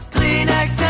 Kleenex